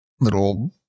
little